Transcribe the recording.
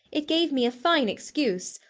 it gave me a fine excuse.